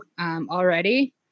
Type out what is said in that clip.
already